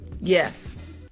Yes